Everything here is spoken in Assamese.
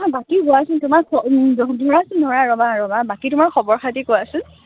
অঁ বাকী তোমাৰ ধৰাচোন ধৰা ৰ'বা ৰ'বা বাকী তোমাৰ খবৰ খাতি কোৱাছোন